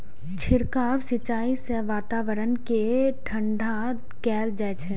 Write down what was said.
छिड़काव सिंचाइ सं वातावरण कें ठंढा कैल जाइ छै